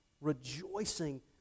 rejoicing